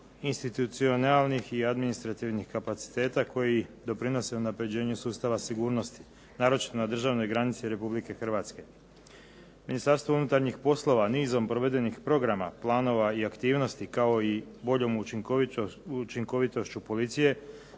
institucionalnih i administrativnih kapaciteta koji doprinose unapređenju sustava sigurnosti. Naročito na državnoj granici RH. Ministarstvo unutarnjih poslova nizom provedenih programa, planova i aktivnosti kao i boljom učinkovitošću policije